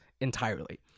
entirely